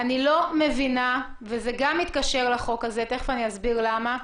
אני לא מבינה וזה גם מתקשר לחוק הזה ותיכף אסביר למה,